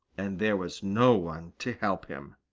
and there was no one to help him.